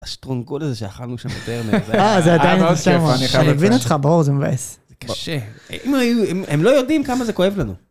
השטרונגול הזה שאכלנו שם בטרנר. אה, זה עדיין קשה לך, אני מבין אותך, ברור, זה מבאס. זה קשה. אם היו, הם לא יודעים כמה זה כואב לנו.